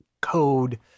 code